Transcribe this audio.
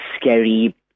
scary